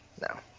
no